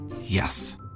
Yes